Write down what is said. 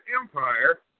Empire